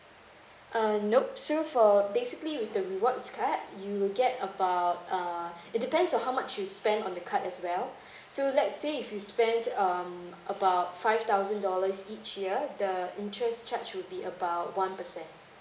uh no so for basically with the rewards card you will get about err it depends on how much you spend on the card as well so let say if you spends um about five thousand dollars each year the interest charge will be about one percent